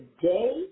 today